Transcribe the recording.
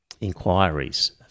inquiries